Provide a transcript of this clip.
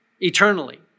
eternally